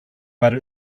but